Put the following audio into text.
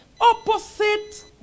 opposite